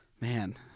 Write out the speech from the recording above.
man